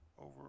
over